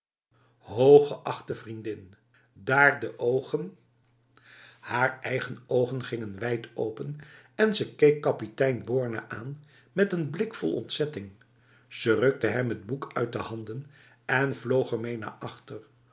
hooggeachte vriendin daar de ogenj haar eigen ogen gingen wijdopen en ze keek kapitein borne aan met een blik vol ontzetting ze rukte hem het boek uit de hand en vloog ermee naar achter